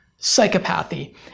psychopathy